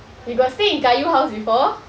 you got stay in kayu house before